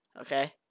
Okay